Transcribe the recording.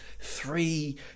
three